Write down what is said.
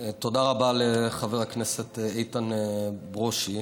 תודה רבה לחבר הכנסת איתן ברושי.